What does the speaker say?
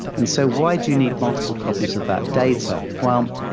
and so why do you need multiple copies of that data? well,